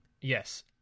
yes